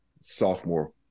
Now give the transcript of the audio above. sophomore